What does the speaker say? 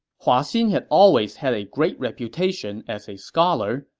hua xin had always had a great reputation as a scholar,